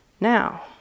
now